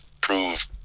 prove